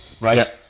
Right